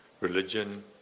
religion